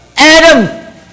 Adam